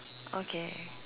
okay